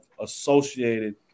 associated